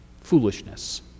foolishness